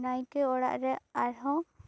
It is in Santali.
ᱱᱟᱭᱠᱮ ᱚᱲᱟᱜ ᱨᱮ ᱟᱨᱦᱚᱸ